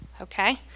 okay